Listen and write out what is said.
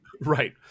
Right